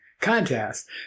contest